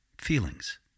Feelings